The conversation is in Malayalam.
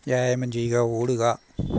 വ്യായാമം ചെയ്യുക ഓടുക